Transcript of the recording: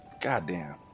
Goddamn